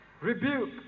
rebuke